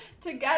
together